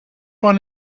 one